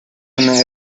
una